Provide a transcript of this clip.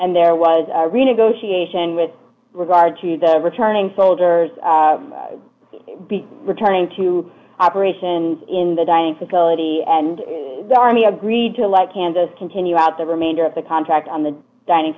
and there was a renegotiation with regard to the returning soldiers returning to operations in the dining facility and the army agreed to let kansas continue out the remainder of the contract on the dining